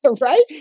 right